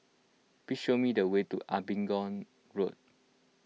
please show me the way to Abingdon Road